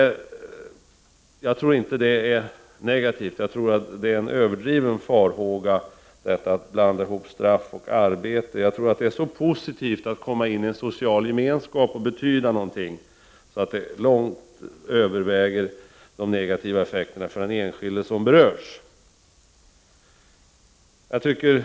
Jag tror inte att det är negativt. Jag tror att farhågan för att man skall blanda ihop straff och arbete är överdriven. Det är så positivt att komma in i en social gemenskap och betyda någonting, att det överväger de negativa effekterna för den enskilde som berörs.